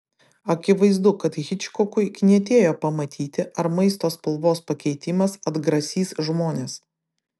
akivaizdu kad hičkokui knietėjo pamatyti ar maisto spalvos pakeitimas atgrasys žmones